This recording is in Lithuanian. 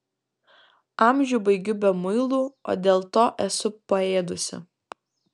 amžių baigiu be muilų o dėl to esu paėdusi